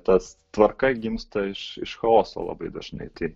tas tvarka gimsta iš iš chaoso labai dažnai tai